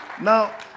Now